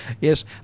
Yes